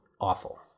awful